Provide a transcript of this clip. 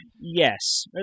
Yes